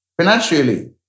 financially